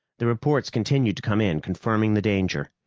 the reports continued to come in, confirming the danger.